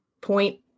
point